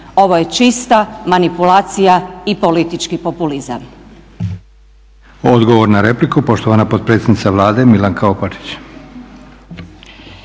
ovo je čista manipulacija i politički populizam.